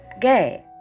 gay